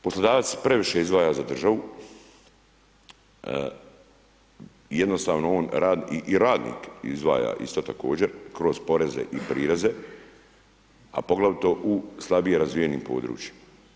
Poslodavac previše izdvaja za državu, jednostavno i radnik izdaja isto također kroz poreze i prireze, a poglavito u slabije razvijenim područjima.